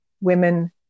women